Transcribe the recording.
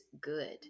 good